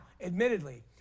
admittedly